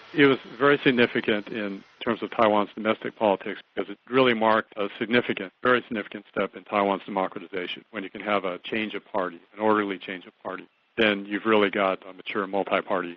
it was very significant in terms of taiwan's domestic politics as it really marked a significant, very significant step in taiwan's democratisation. when you can have a change of party an orderly change of party then you've really got a mature multi-party